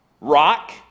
Rock